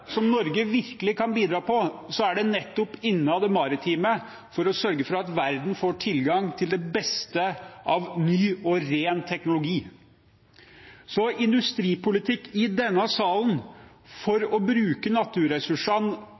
Norge virkelig kan bidra, er det nettopp innen det maritime for å sørge for at verden får tilgang til det beste av ny og ren teknologi. Industripolitikken fra denne salen for å bruke naturressursene